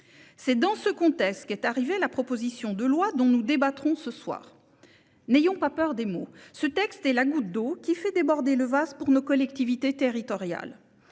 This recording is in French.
C'est dans ce contexte qu'est arrivée la proposition de loi dont nous débattons ce soir. N'ayons pas peur des mots : ce texte est la goutte d'eau qui fait déborder le vase pour nos collectivités territoriales.